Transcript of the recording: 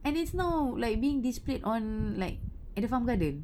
and it's not like being displayed on like at the farm garden